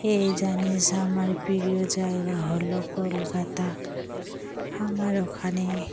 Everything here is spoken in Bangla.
এই জানিস আমার প্রিয় জায়গা হলো কলকাতা আমার ওখানে